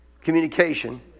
communication